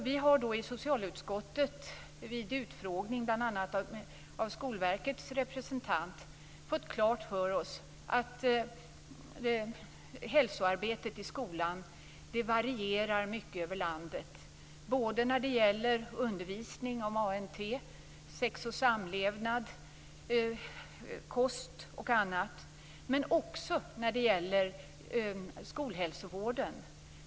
Vi i socialutskottet har bl.a. i en utfrågning av Skolverkets representant fått klart för oss att hälsoarbetet i skolan varierar mycket över landet när det gäller undervisning om ANT, sex och samlevnad, kost och annat, men också när det gäller skolhälsovården.